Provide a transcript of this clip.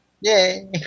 Yay